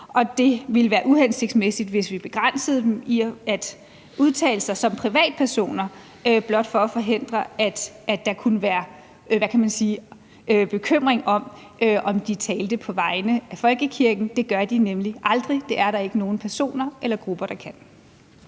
det ville være uhensigtsmæssigt, hvis vi begrænsede dem i at udtale sig om privatpersoner blot for at forhindre, at der – hvad kan man sige – kunne være en bekymring om, om de talte på vegne af folkekirken. Det gør de nemlig aldrig, og det er der ikke nogen personer eller grupper der kan.